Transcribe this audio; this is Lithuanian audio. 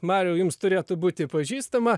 mariau jums turėtų būti pažįstama